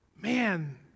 man